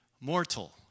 mortal